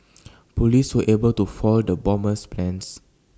Police were able to foil the bomber's plans